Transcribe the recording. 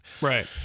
right